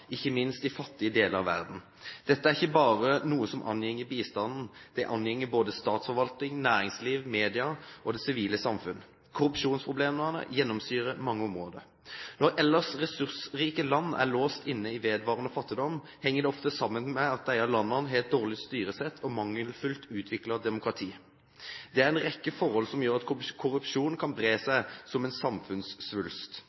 ikke bare noe som angår bistanden, det angår både statsforvaltningen, næringsliv, media og det sivile samfunn. Korrupsjonsproblemene gjennomsyrer mange områder. Når ellers ressursrike land er låst inne i vedvarende fattigdom, henger det ofte sammen med at disse landene har et dårlig styresett og mangelfullt utviklet demokrati. Det er en rekke forhold som gjør at korrupsjon kan